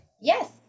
yes